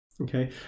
okay